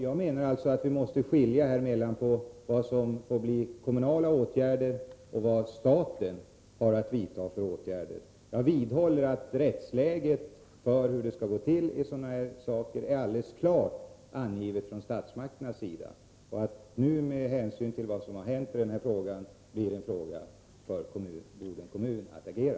Jag menar alltså att vi måste skilja mellan vilka kommunala åtgärder som skall vidtas och vad staten har att vidta för åtgärder. Jag vidhåller att rättsläget är alldeles klart angivet från statsmakterna i vad gäller hur det skall gå till i sådana här frågor. Och med hänsyn till vad som har hänt i ärendet blir det nu en fråga för Bodens kommun att agera.